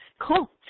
Cool